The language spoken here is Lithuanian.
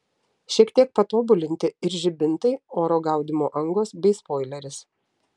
šiek tiek patobulinti ir žibintai oro gaudymo angos bei spoileris